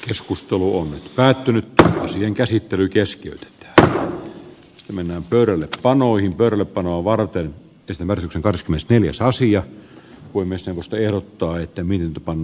keskustelu on päättynyt kaasujen käsittely kesken että ostaminen pyörinyt painoin kartanoa varten pisimmän hypyn kosmisten ja sasi ja uimisen pelottaa että minut on